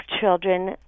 children